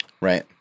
right